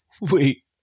Wait